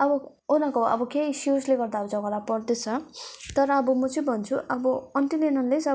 अब उनीहरूको अब केही इस्युजले गर्दा अब झगडा पर्दैछ तर अब म चाहिँ भन्छु अब अन्टिल एन्ड अन्लेस